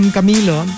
Camilo